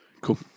cool